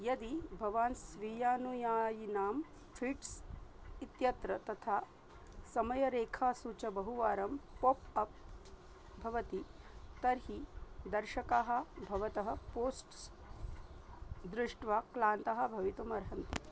यदि भवान् स्वीयानुयायिनां फ़ीड्स् इत्यत्र तथा समयरेखासु च बहुवारं पोप् अप् भवति तर्हि दर्शकाः भवतः पोस्ट्स् दृष्ट्वा क्लान्ताः भवितुमर्हन्ति